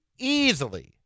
easily